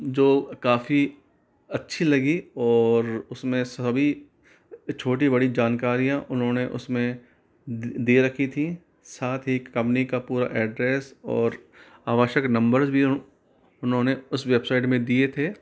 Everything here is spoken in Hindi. जो काफी अच्छी लगी और उसमें सभी छोटी बड़ी जानकारियाँ उन्होंने उसमें दिया की थी साथ ही कम्पनी का पूरा एड्रेस और आवश्यक नंबर्स भी उन्होंने उस वेबसाइट में दिये थे